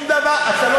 כן.